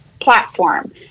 platform